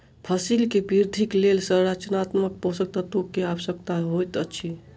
फसिल के वृद्धिक लेल संरचनात्मक पोषक तत्व के आवश्यकता होइत अछि